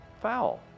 Foul